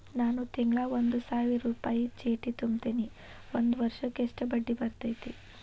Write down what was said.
ನಾನು ತಿಂಗಳಾ ಒಂದು ಸಾವಿರ ರೂಪಾಯಿ ಚೇಟಿ ತುಂಬತೇನಿ ಒಂದ್ ವರ್ಷಕ್ ಎಷ್ಟ ಬಡ್ಡಿ ಬರತೈತಿ?